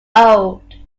old